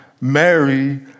Mary